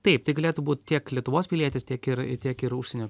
taip tai galėtų būt tiek lietuvos pilietis tiek ir tiek ir užsienio